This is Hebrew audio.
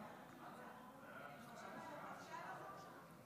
ההצעה להעביר את הצעת חוק הנכים